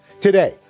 Today